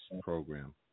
program